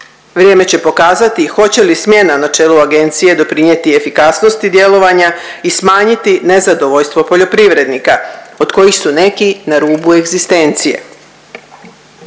vrijeme će pokazati hoće li smjena na čelu agencije doprinjeti efikasnosti djelovanja i smanjiti nezadovoljstvo poljoprivrednika od kojih su neki na rubu egzistencije.